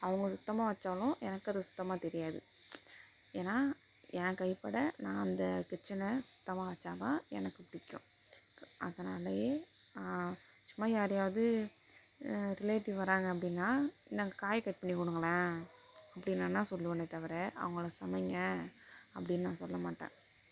அவங்க சுத்தமாக வச்சாலும் எனக்கு அது சுத்தமாக தெரியாது ஏன்னா என் கைப்பட நான் அந்த கிச்சனை சுத்தமாக வச்சால் தான் எனக்கு பிடிக்கும் அதனாலயே சும்மா யாரையாவது ரிலேட்டிவ் வராங்கள் அப்படின்னா இந்தாங்க காயை கட் பண்ணி கொடுங்களேன் அப்படின் வேணாம் சொல்லுவேனே தவிர அவங்கள சமைங்க அப்படின்னு நான் சொல்ல மாட்டேன்